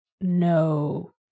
no